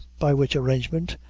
by which arrangement,